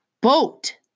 BOAT